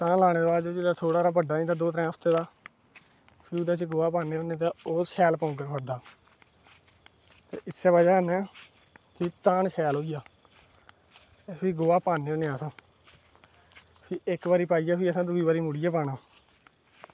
धान लाने दे बाद जिसलै बड्डा होई जंदा दो त्रै हफ्तें दा उं'दे च गोहा पान्ने होन्ने ते ओह् शैल पौंगर फड़दा इस्सै बजह कन्नै कि फसल शैल होई जा गोहा पान्ने होन्ने अस इक बारी पाइयै फ्ही दुई बारी असैं मुड़ियै पाना